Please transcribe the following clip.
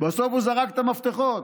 ובסוף הוא זרק את המפתחות.